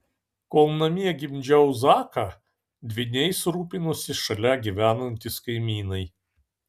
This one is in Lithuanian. kol namie gimdžiau zaką dvyniais rūpinosi šalia gyvenantys kaimynai